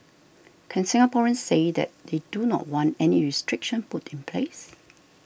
can Singaporeans say that they do not want any restriction put in place